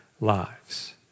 lives